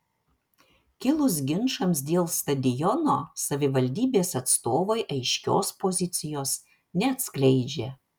kilus ginčams dėl stadiono savivaldybės atstovai aiškios pozicijos neatskleidžia